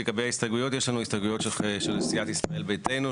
לגבי הסתייגויות: יש לנו הסתייגויות של סיעת ישראל ביתנו,